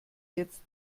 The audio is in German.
jetzt